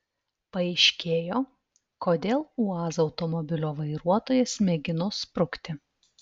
paaiškėjo kodėl uaz automobilio vairuotojas mėgino sprukti